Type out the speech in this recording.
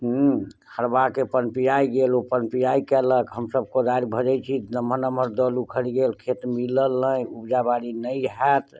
हरवाहकेँ पनपियाइ गेल ओ पनपियाइ कयलक सभ कोदारि भजैत छी नमहर नमहर दल उखड़ि गेल खेत मिलल नहि उपजा बारी नहि होयत